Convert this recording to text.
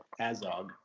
Azog